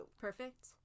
Perfect